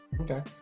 Okay